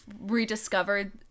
rediscovered